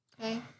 okay